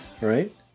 right